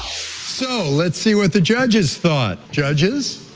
so, let's see what the judges thought. judges,